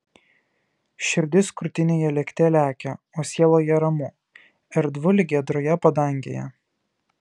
širdis krūtinėje lėkte lekia o sieloje ramu erdvu lyg giedroje padangėje